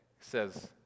says